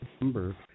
number